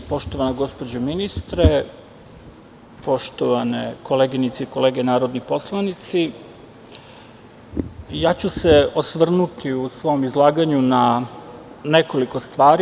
Poštovana gospođo ministre, poštovane koleginice i kolege narodni poslanici, ja ću se osvrnuti u svom izlaganju na nekoliko stvari.